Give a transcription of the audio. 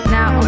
Now